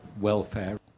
welfare